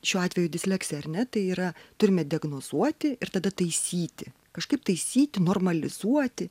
šiuo atveju disleksija ar ne tai yra turime diagnozuoti ir tada taisyti kažkaip taisyti normalizuoti